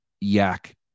yak